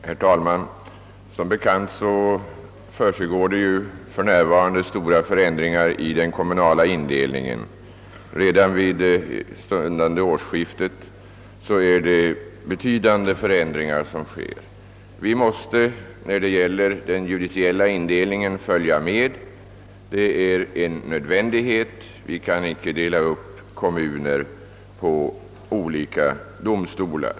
Herr talman! Som bekant försiggår för närvarande stora ändringar i den kommunala indelningen; redan vid stundande årsskifte äger betydande förändringar rum. När det gäller den ju diciella indelningen är det en nödvändighet att vi följer med dessa förändringar. Det är inte möjligt att med gällande lagstiftning dela upp en kommun på olika domstolar.